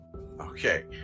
Okay